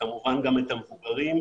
כמובן גם את המבוגרים.